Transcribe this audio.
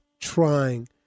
trying